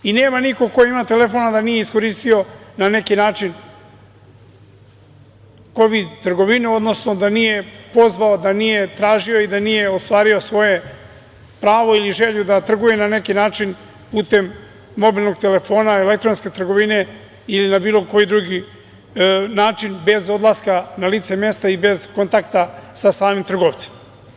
Nema niko ko ima telefon, a da nije iskoristio na neki način kovid trgovinu, odnosno da nije pozvao, da nije tražio i da nije ostvario svoje pravo ili želju da trguje na neki način putem mobilnog telefona, elektronske trgovine ili na bilo koji drugi način bez odlaska na lice mesta i bez kontakta sa samim trgovcem.